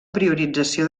priorització